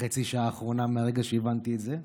חצי השעה האחרונה מהרגע שהבנתי את זה.